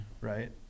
right